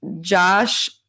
Josh